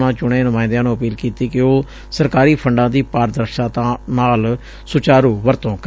ਉਨ੍ਹਾਂ ਚੁਣੇ ਨੁਮਾਂਇੰਦਿਆਂ ਨੂੰ ਅਪੀਲ ਕੀਤੀ ਕਿ ਉਹ ਸਰਕਾਰੀ ਫੰਡਾਂ ਦੀ ਪਾਰਦਰਸ਼ਤਾ ਨਾਲ ਸੁਚਾਰੁ ਵਰਤੋਂ ਕਰਨ